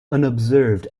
unobserved